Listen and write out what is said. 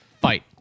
fight